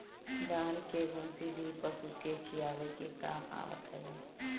धान के भूसी भी पशु के खियावे के काम आवत हवे